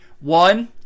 One